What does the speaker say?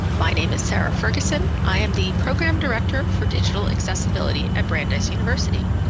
my name is sarah ferguson. i am the program director for digital accessibility at brandeis university.